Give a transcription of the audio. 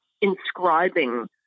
inscribing